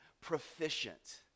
proficient